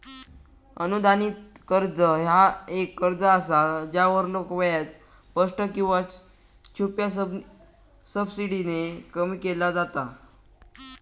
अनुदानित कर्ज ह्या एक कर्ज असा ज्यावरलो व्याज स्पष्ट किंवा छुप्या सबसिडीने कमी केला जाता